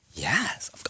Yes